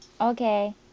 Okay